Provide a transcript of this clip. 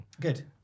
Good